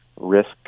risk